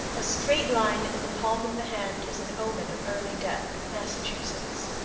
a straight line in the palm of the hand is an omen of early death. massachusetts.